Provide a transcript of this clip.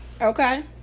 Okay